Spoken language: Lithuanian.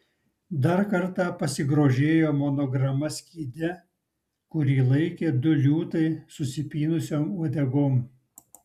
dar kartą pasigrožėjo monograma skyde kurį laikė du liūtai susipynusiom uodegom